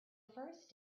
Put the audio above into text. first